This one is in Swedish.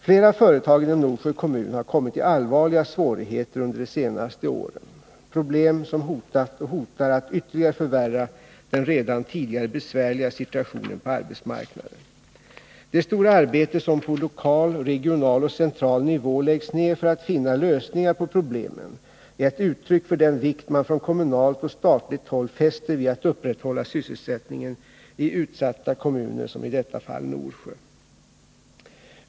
Flera företag inom Norsjö kommun har kommit i allvarliga svårigheter under de senaste åren — problem som hotat och hotar att ytterligare förvärra den redan tidigare besvärliga situationen på arbetsmarknaden. Det stora arbete som på lokal, regional och central nivå läggs ned på att finna lösningar på problemen är ett uttryck för den vikt man från kommunalt och statligt håll fäster vid att upprätthålla sysselsättningen i utsatta kommuner som i detta fall Norsjö.